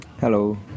Hello